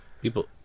people